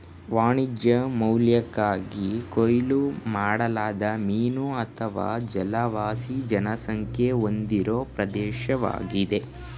ವಾಣಿಜ್ಯ ಮೌಲ್ಯಕ್ಕಾಗಿ ಕೊಯ್ಲು ಮಾಡಲಾದ ಮೀನು ಅಥವಾ ಜಲವಾಸಿ ಜನಸಂಖ್ಯೆ ಹೊಂದಿರೋ ಪ್ರದೇಶ್ವಾಗಿದೆ